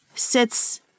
sits